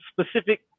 specific